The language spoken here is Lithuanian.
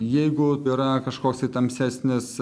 jeigu yra kažkoks tai tamsesnis